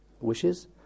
wishes